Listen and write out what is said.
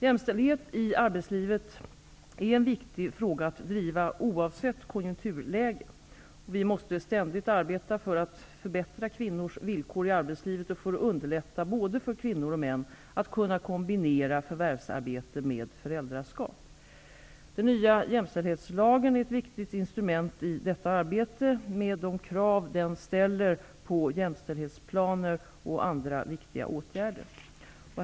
Jämställdhet i arbetslivet är en viktig fråga att driva, oavsett konjunkturläge. Vi måste ständigt arbeta för att förbättra kvinnors villkor i arbetslivet och för att underlätta för både kvinnor och män att kombinera förvärvsarbete med föräldraskap. Den nya jämställdhetslagen är ett viktigt instrument i detta arbete, med de krav den ställer på jämställdhetsplaner och andra viktiga åtgärder.